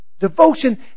Devotion